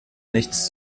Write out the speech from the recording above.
nichts